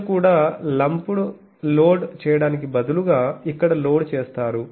ప్రజలు కూడా lumped load చేయడానికి బదులుగా ఇక్కడ లోడ్ చేస్తారు